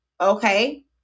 Okay